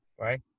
right